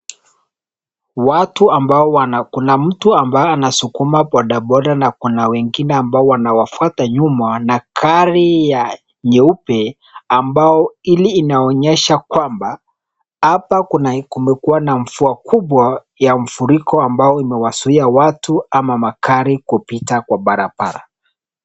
Watu ambao wana, kuna mtu ambaye anasukuma bodaboda na kuna wengine ambao wanawafuata nyuma na gari ya nyeupe ambao hili inaonyesha kwamba, hapa kulikuwa na mvua kubwa ya mfuriko ambao umewazuia watu ama magari kupita kwa barabara.